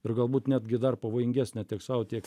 ir galbūt netgi dar pavojingesnę tiek sau tiek